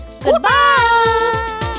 Goodbye